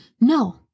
No